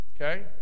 Okay